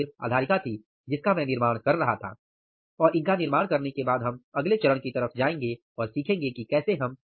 यह सिर्फ आधारिका थी जिसका मैं निर्माण कर रहा था और इनका निर्माण करने के बाद हम अगले चरण की तरफ जाएंगे और सीखेंगे कि कैसे हम